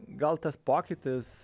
gal tas pokytis